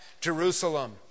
Jerusalem